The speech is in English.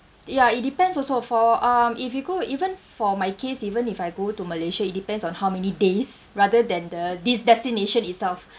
ya it depends also for um if you go even for my case even if I go to malaysia it depends on how many days rather than the de~ destination itself